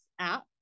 app